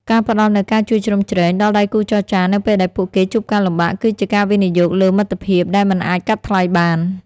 ការផ្តល់នូវ "ការជួយជ្រោមជ្រែង" ដល់ដៃគូចរចានៅពេលដែលពួកគេជួបការលំបាក គឺជាការវិនិយោគលើមិត្តភាពដែលមិនអាចកាត់ថ្លៃបាន។